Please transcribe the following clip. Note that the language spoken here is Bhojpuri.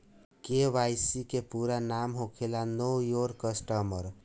के.वाई.सी के पूरा नाम होखेला नो योर कस्टमर